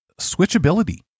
switchability